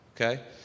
Okay